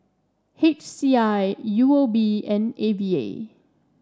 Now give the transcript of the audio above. H C I U O B and A V A